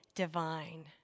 divine